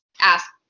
ask